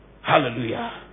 Hallelujah